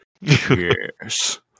Yes